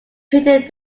peter